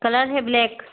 colour है black